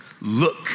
look